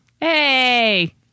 Hey